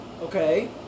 Okay